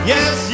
Yes